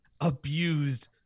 abused